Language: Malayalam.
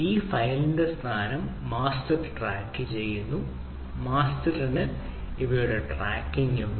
ഈ ഫയലിന്റെ സ്ഥാനം മാസ്റ്റർ ട്രാക്ക് ചെയ്യുന്നു മാസ്റ്ററിന് കാര്യങ്ങളുടെ ട്രാക്കിംഗ് ഉണ്ട്